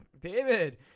David